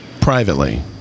Privately